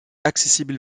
accessible